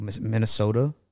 Minnesota